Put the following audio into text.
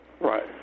Right